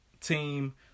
team